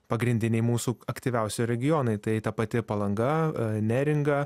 pagrindiniai mūsų aktyviausi regionai tai ta pati palanga neringa